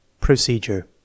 Procedure